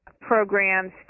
programs